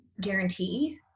guarantee